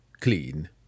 clean